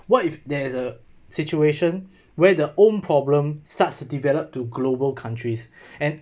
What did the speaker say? what if there is a situation where the own problem starts to develop to global countries and